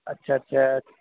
اچھا اچھا